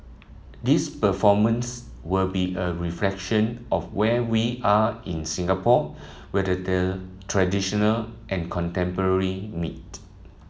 these performances will be a reflection of where we are in Singapore where the traditional and contemporary meet